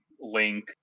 link